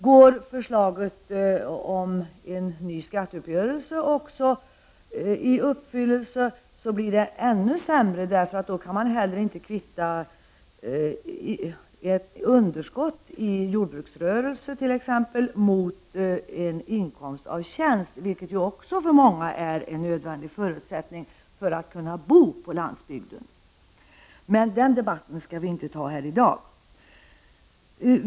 Går förslaget om en ny skatteuppgörelse också i uppfyllelse, blir det ännu sämre, för då kan man heller inte kvitta ett underskott i jordbruksrörelse t.ex mot en inkomst av tjänst, vilket ju också för många är en förutsättning för att kunna bo på landsbygden. Men den debatten skall vi inte ta här i dag.